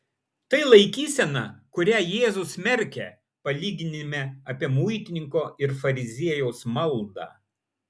tai laikysena kurią jėzus smerkia palyginime apie muitininko ir fariziejaus maldą